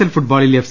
L ഫുട്ബോളിൽ F